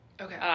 Okay